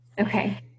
Okay